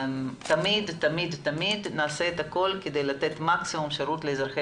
תמיד תמיד נעשה את הכל כדי לתת מקסימום שירות לאזרחי